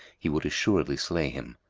he would assuredly slay him.